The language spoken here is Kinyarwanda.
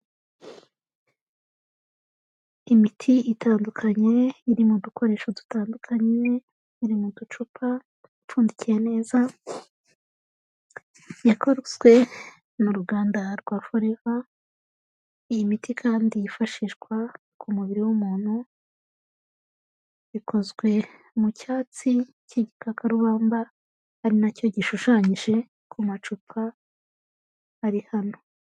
Imiti itandukanye, iri mu dukoresho dutandukanye, iri mu ducupa, ipfundikiye neza, yakozwe n'uruganda rwa Forever, iyi miti kandi yifashishwa ku mubiri w'umuntu, ikozwe mu cyatsi cy'igikakarubamba, ari nacyo gishushanyije ku macupa ari hano.